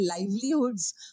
livelihoods